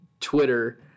Twitter